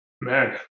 Man